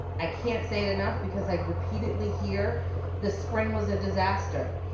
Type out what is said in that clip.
i can't say it enough because i repeatedly hear the spring was a disaster.